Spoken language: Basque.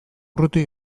urruti